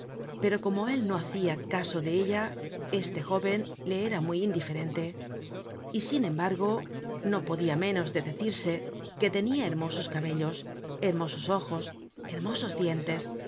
pero como él no hacia caso de ella este jóven le era muy indiferente y sin embargo no podia menos de decirse que tenia hermosos cabellos hermosos ojos hermosos dientes